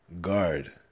Guard